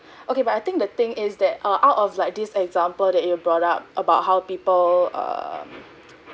okay but I think the thing is that uh out of like this example that you have brought up about how people um